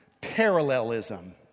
parallelism